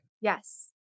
Yes